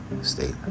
State